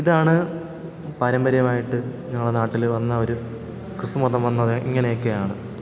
ഇതാണ് പാരമ്പര്യമായിട്ട് ഞങ്ങളെ നാട്ടിൽ വന്ന ഒരു ക്രിസ്തുമതം വന്നത് ഇങ്ങനെയൊക്കെയാണ്